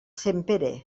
sempere